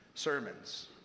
Sermons